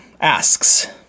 asks